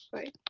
right.